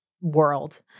world